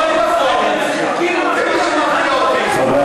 ליואל לא מתאים לקפוץ ממקום למקום, שר הביטחון.